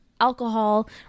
alcohol